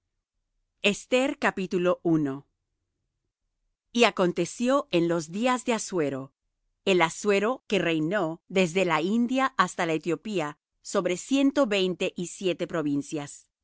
y acontecio en los días de assuero el assuero que reinó desde la india hasta la etiopía sobre ciento veinte y siete provincias